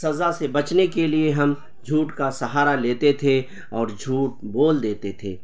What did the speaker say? سزا سے بچنے کے لیے ہم جھوٹ کا سہارا لیتے تھے اور جھوٹ بول دیتے تھے